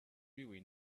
really